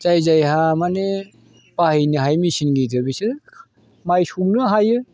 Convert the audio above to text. जाय जायहा माने बाहायनो हायो मेचिन गिदिर बिसोर माइ सौनो हायो